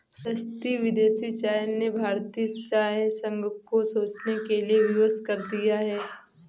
सस्ती विदेशी चाय ने भारतीय चाय संघ को सोचने के लिए विवश कर दिया है